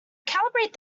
calibrate